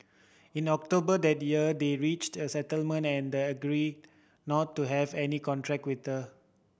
in October that year they reached a settlement and agreed not to have any contract with her